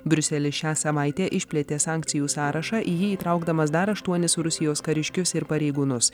briuselis šią savaitę išplėtė sankcijų sąrašą į jį įtraukdamas dar aštuonis rusijos kariškius ir pareigūnus